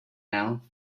now